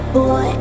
Boy